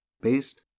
based